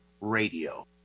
Radio